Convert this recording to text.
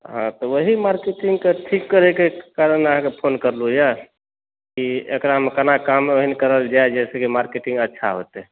तऽ ओहि मार्केटिंग केँ ठीक करै के कारण फ़ोन करलहुॅं अइ कि एकरामे कोना काज करल जाय तऽ अच्छा होतै